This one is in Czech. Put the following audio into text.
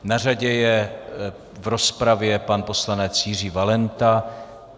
Na řadě je v rozpravě pan poslanec Jiří Valenta.